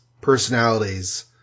personalities